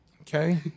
Okay